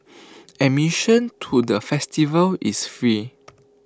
admission to the festival is free